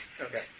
Okay